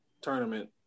tournament